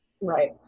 right